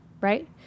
right